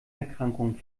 erkrankung